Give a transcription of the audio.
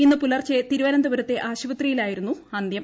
ഇന്ന് പുലർച്ചെ തിരുവനന്തപുരത്തെ ആശുപത്രിയിയിലായിരുന്നു അന്തൃം